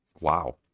Wow